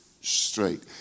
straight